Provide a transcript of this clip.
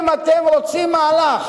אם אתם רוצים מהלך